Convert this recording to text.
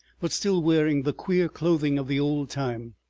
but still wearing the queer clothing of the old time,